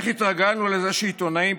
איך התרגלנו לזה שעיתונאים,